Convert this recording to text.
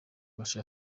gace